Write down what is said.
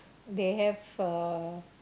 they have uh